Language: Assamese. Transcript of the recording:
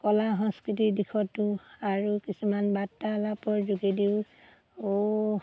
কলা সংস্কৃতিৰ দিশতো আৰু কিছুমান বাৰ্তালাপৰ যোগেদিও ও